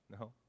no